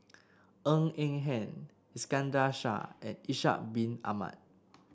Ng Eng Hen Iskandar Shah and Ishak Bin Ahmad